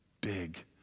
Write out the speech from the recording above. big